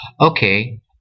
Okay